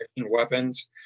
weapons